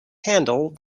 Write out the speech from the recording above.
handle